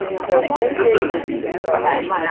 so this is, ah go ahead.